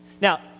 Now